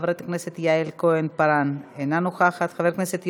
חברת הכנסת יעל כהן-פארן,